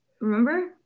remember